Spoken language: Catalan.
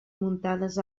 muntades